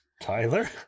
Tyler